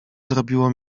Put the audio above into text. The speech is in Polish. zrobiło